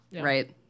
Right